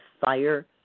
fire